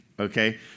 Okay